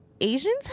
Asians